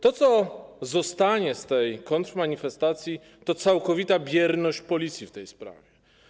To, co zostanie z tej kontrmanifestacji, to całkowita bierność Policji w tej sprawie.